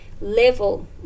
level